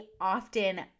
often